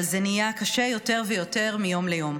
אבל זה נהיה קשה יותר ויותר מיום ליום.